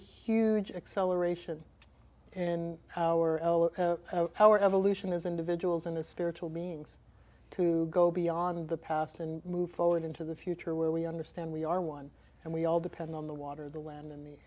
huge acceleration in our l a our evolution as individuals in a spiritual means to go beyond the past and move forward into the future where we understand we are one and we all depend on the water the land